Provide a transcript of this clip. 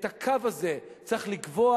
את הקו הזה צריך לקבוע,